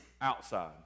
outside